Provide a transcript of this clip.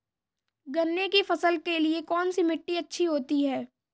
गन्ने की फसल के लिए कौनसी मिट्टी अच्छी होती है?